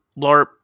larp